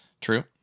true